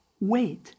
wait